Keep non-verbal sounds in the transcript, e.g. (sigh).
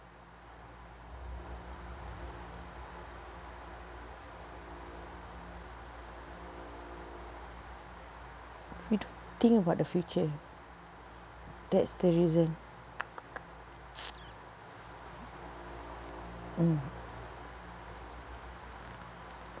we don't think about the future that's the reason (noise) mm